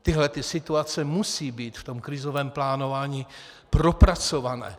Tyhle situace musí být v tom krizovém plánování propracované.